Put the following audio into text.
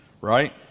right